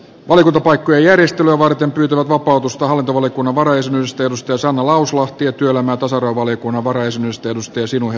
valiokuntapaikkojen järjestelyä varten pyytävät vapautusta hallintovaliokunnan varajäsenyydestä sanna lauslahti ja työelämä ja tasa arvovaliokunnan varajäsenyydestä sinuhe wallinheimo